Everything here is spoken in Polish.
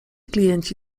klienci